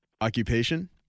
Occupation